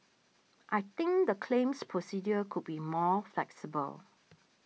I think the claims procedure could be more flexible